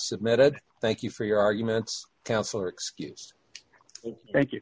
submitted thank you for your arguments counselor excuse thank you